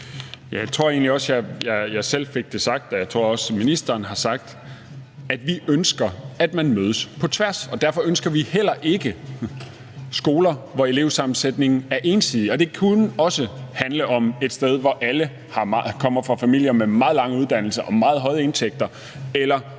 jeg tror også, at ministeren har sagt det, nemlig at vi ønsker, at man mødes på tværs. Derfor ønsker vi heller ikke skoler, hvor elevsammensætningen er ensidig. Det kunne også handle om en skole, hvor alle kommer fra familier, hvor forældrene har meget lange uddannelser og meget høje indkomster,